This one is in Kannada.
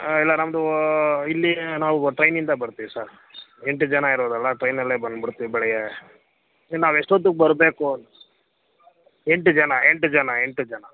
ಇಲ್ಲ ನಮ್ದು ಇಲ್ಲಿ ನಾವು ಟ್ರೈನಿಂದ ಬರ್ತೀವಿ ಸಾರ್ ಎಂಟು ಜನ ಇರೋದಲ್ಲ ಟ್ರೈನಲ್ಲೆ ಬಂದ್ಬುಡ್ತೀವಿ ಬೆಳಿಗ್ಗೆ ನಾವು ಎಷ್ಟೊತ್ತಿಗ್ ಬರಬೇಕು ಎಂಟು ಜನ ಎಂಟು ಜನ ಎಂಟು ಜನ